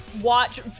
watch